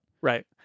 Right